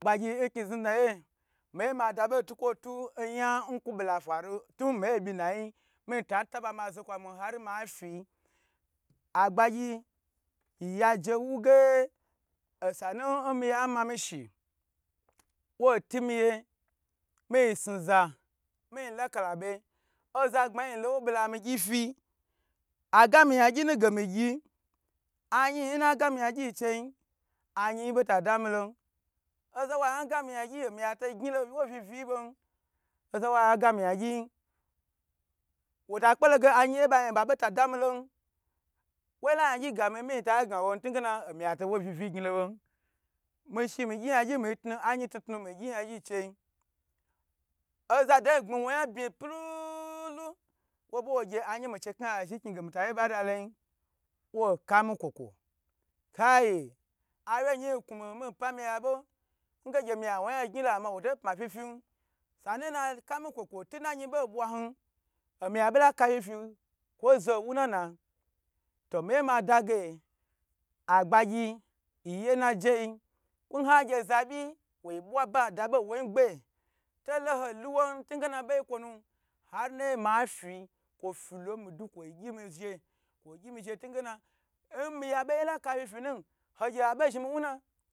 Agbagyi n kni zni dna ye mi ye ma da bo ntukwo ta oya kwo bo la faru tun miyi n byi nayi, mita taba mazo kwo munar ma fi, agbayi yi ya jewu ge osanu n miya mami shi wo timiyi mi sni za miyi lakala be oza gbma yin lo nwo be lami gyi fi, agami yagyi nu ge mi gyi ayin na gami yan gyi nchen, ayin yi bo ta da mi lon oza wa gami yan gyiyi omiya n to gyn lo n wu vivi bon oza wa ga mi yan gyi yin wo ta kpe lo ge ayin yi bo ta da mi lon woi la yan gyi ga mo miyi ta gna won, ntigene omi ya to wu vivi gnilo bon, mishi migyi yan gyi mi hau ayin tnu tnu mi gyi yan gyi n chep ozado gbmi wo yan bmi pyi luvu lu wo be wo ye ayin mi chei kna ya zhni n kni gu mita ye bada lo yin wo ka mi kwo kwo kayi awye yi knu mi miyi pa mi ya bo, nge gye mi ya wo yan gni lo wo to pma fifin, sanu na kami kwo kwo tu na yin bo bwan, omi ya bo la ka fifi nkwo zo wu na na, to miyu ma da ge agba gyi yi ge naje yi nha gye za byi wo bwa ba da bo nwoi ngbe tolo hoi lu won ntun ge na bei kwonu ar nayi ma fi kwo fi lo mi du kwo gyi mi zhe, kwo gyi mi zhe ntingena n miya bei la ka fifi nu hogye abei zhimi wu na.